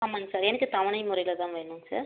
ஆமாங்க சார் எனக்கு தவணை முறையில் தான் வேணுங்க சார்